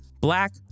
black